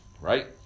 right